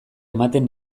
ematen